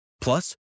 Plus